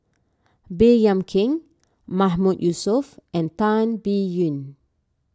Baey Yam Keng Mahmood Yusof and Tan Biyun